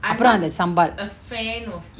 அப்ரோ அந்த:apro antha sambal